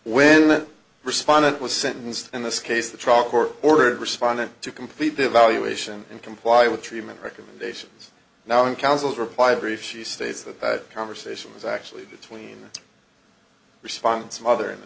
the respondent was sentenced in this case the trial court ordered respondent to complete the evaluation and comply with treatment recommendations now in council's reply brief she states that the conversation was actually between a response mother in the